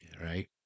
right